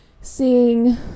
seeing